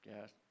Yes